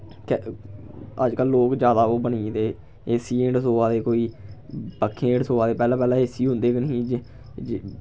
अज्जकल लोग ज्यादा ओह् बनी गेदे एसीयें हेठ सवा दे कोई पक्खें हेठ सवा दे पैह्लें पैह्लें ए सी होंदे गै नेईं जे